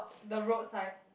the road side